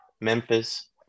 Memphis